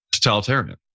totalitarian